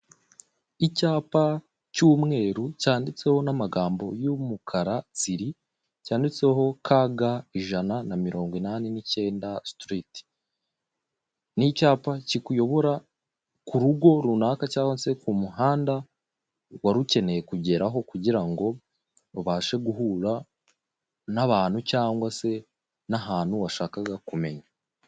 Icyapa cy'umweru cyanditseho n'amagambo y'umukara tsiri cyanditseho kaga ijana na mirongo inani n'icyenda sitiriti. Ni icyapa kikuyobora ku rugo runaka cyangwa se ku muhanda wari ukeneye kugeraho kugira ngo ubashe guhura n'abantu cyangwa se n'ahantu washakaga kumenya.